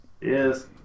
Yes